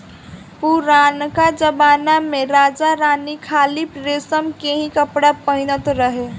पुरनका जमना में राजा रानी खाली रेशम के ही कपड़ा पहिनत रहे